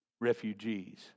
Refugees